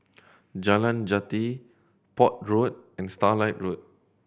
Jalan Jati Port Road and Starlight Road